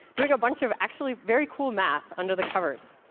doing a bunch of actually very cool math under the covers.